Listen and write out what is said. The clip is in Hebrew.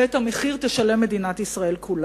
ואת המחיר תשלם מדינת ישראל כולה.